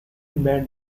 bed